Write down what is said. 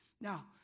Now